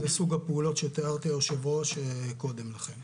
אלה סוג הפעולות שתיארתי, היושב-ראש, קודם לכן.